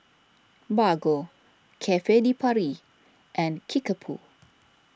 Bargo Cafe De Paris and Kickapoo